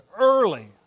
early